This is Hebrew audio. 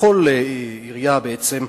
בכל עירייה בעצם,